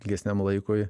ilgesniam laikui